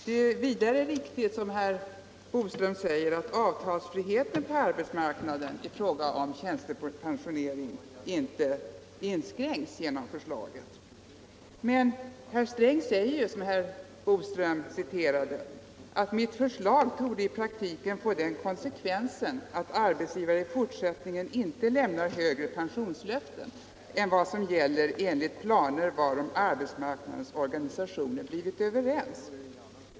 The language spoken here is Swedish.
Det är vidare viktigt, som herr Boström säger, att avtalsfriheten på arbetsmarknaden i fråga om tjänstepensionering inte inskränks genom förslaget. Men herr Sträng säger ju, som herr Boström citerade, att ”mitt förslag i praktiken torde få den konsekvensen att arbetsgivare i fortsättningen inte lämnar högre pensionslöften än vad som gäller enligt planer varom arbetsmarknadens organisationer blivit överens”.